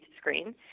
screen